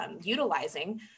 utilizing